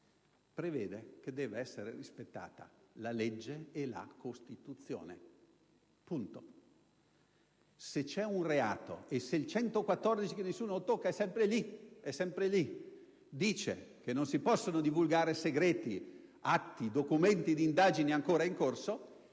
prevede che debbano essere rispettate la legge e la Costituzione. In